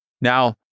now